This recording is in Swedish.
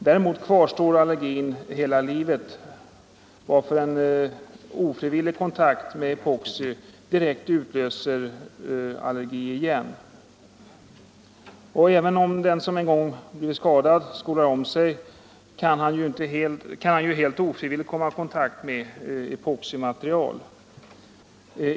Allergin kvarstår sedan hela livet, varför en ofrivillig kontakt med epoxi direkt utlöser allergi igen. Och även om den som en gång har blivit skadad skolar om sig, så kan han ju helt ofrivilligt komma i kontakt med epoximaterial.